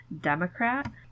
Democrat